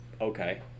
Okay